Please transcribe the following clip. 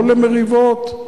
לא למריבות.